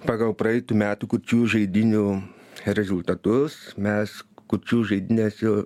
pagal praeitų metų kurčiųjų žaidynių rezultatus mes kurčiųjų žaidynėse